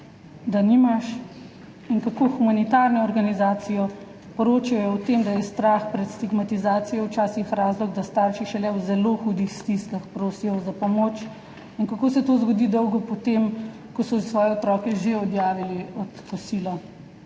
da nimaš, in kako humanitarne organizacije poročajo o tem, da je strah pred stigmatizacijo včasih razlog, da starši šele v zelo hudih stiskah prosijo za pomoč in kako se to zgodi dolgo po tem, ko so svoje otroke že odjavili od kosila